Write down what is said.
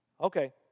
Okay